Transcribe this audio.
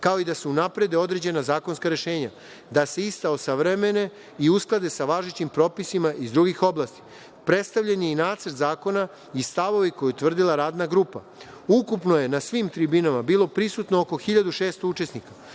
kao i da se unaprede određena zakonska rešenja, da se ista osavremene i usklade sa važećim propisima iz drugih oblasti. Predstavljen je i Nacrt zakona i stavovi koje je utvrdila radna grupa. Ukupno je na svim tribinama bilo prisutno oko 1.600 učesnika.